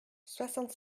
soixante